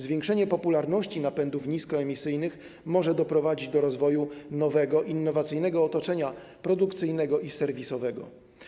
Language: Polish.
Zwiększenie popularności napędów niskoemisyjnych może doprowadzić do rozwoju nowego, innowacyjnego otoczenia produkcyjnego i serwisowego.